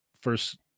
first